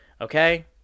okay